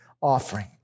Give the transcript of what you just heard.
offering